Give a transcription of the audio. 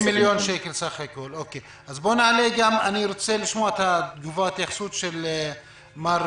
אז אני ארצה לשמוע את ההתייחסות של נציג